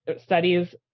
studies